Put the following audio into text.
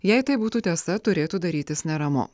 jei tai būtų tiesa turėtų darytis neramu